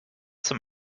zum